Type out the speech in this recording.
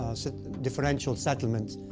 ah, differential settlement.